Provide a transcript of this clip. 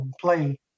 play